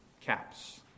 caps